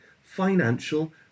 financial